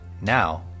now